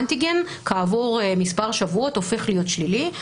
אנטיגן כעבור מספר שבועות הופך להיות שלילי,